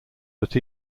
that